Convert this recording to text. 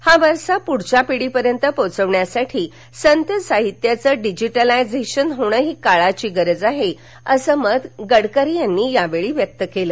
हा वारसा पुढच्या पिढीपर्यंत पोहोचवण्यासाठी संत साहित्याचं डिजीटलायझेशन होणं ही काळाची गरज आहे असं मत गडकरी यांनी यावेळी व्यक्त केलं